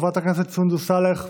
חברת הכנסת סונדוס סאלח,